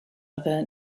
other